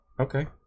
okay